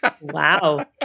wow